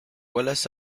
wallace